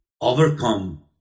overcome